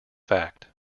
fact